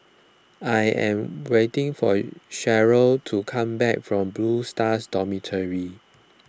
I am waiting for Cheryl to come back from Blue Stars Dormitory